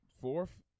Fourth